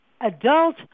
adult